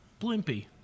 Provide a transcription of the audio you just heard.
Blimpy